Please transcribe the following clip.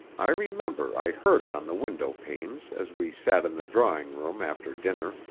i remember i heard it on the window-panes as we sat in the drawing-room after dinner,